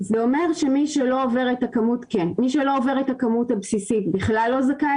זה אומר שמי שלא עובר הכמות הבסיסית בכלל לא זכאי